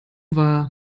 war